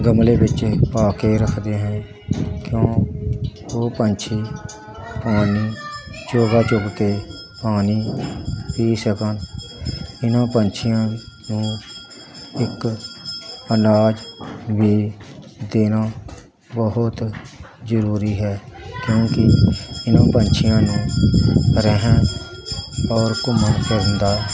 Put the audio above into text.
ਗਮਲੇ ਵਿੱਚ ਹੀ ਪਾ ਕੇ ਰੱਖਦੇ ਹੈ ਕਿਉਂ ਉਹ ਪੰਛੀ ਪਾਣੀ ਚੋਗਾ ਚੁਗ ਕੇ ਪਾਣੀ ਪੀ ਸਕਣ ਇਹਨਾਂ ਪੰਛੀਆਂ ਨੂੰ ਇੱਕ ਅਨਾਜ ਵੀ ਦੇਣਾ ਬਹੁਤ ਜ਼ਰੂਰੀ ਹੈ ਕਿਉਂਕਿ ਇਹਨਾਂ ਪੰਛੀਆਂ ਨੂੰ ਰਹਿਣ ਔਰ ਘੁੰਮਣ ਫਿਰਨ ਦਾ